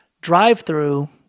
drive-through